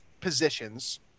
positions